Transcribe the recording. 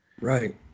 Right